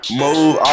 move